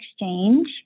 exchange